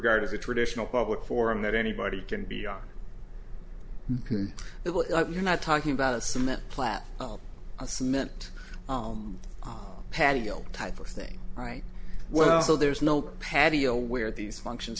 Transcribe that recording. guarded the traditional public forum that anybody can be on that you're not talking about a cement plant a cement patio type of thing right well so there's no patio where these functions